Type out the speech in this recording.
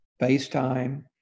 FaceTime